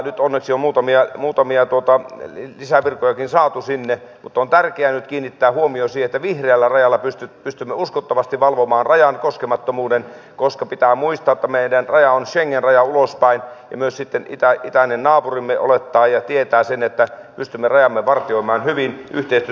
nyt onneksi on muutamia lisävirkojakin saatu sinne mutta on tärkeää nyt kiinnittää huomio siihen että vihreällä rajalla pystymme uskottavasti valvomaan rajan koskemattomuuden koska pitää muistaa että meidän rajamme on schengen raja ulospäin ja myös sitten itäinen naapurimme olettaa ja tietää sen että pystymme rajamme vartioimaan hyvin yhteistyössä